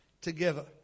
together